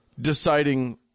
deciding